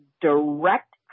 direct